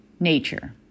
Nature